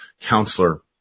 counselor